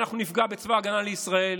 אנחנו נפגע בצבא ההגנה לישראל,